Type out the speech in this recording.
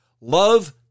Love